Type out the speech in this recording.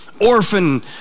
orphan